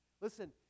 Listen